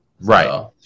Right